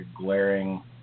glaring